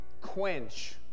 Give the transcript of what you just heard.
quench